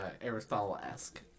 Aristotle-esque